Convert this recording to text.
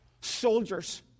soldiers